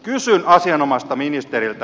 kysyn asianomaiselta ministeriltä